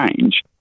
change